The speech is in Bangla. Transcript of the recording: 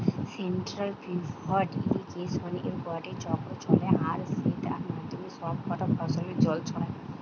সেন্ট্রাল পিভট ইর্রিগেশনে গটে চক্র চলে আর সেটার মাধ্যমে সব কটা ফসলে জল ছড়ায়